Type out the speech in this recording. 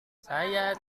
saya